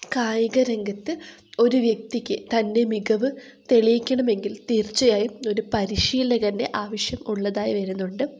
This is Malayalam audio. കായികരംഗത്ത് ഒരു വ്യക്തിയ്ക്ക് തൻ്റെ മികവ് തെളിയിക്കണമെങ്കിൽ തീർച്ചയായും ഒരു പരിശീലകൻ്റെ ആവിശ്യം ഉള്ളതായി വരുന്നുണ്ട്